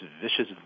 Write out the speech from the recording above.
vicious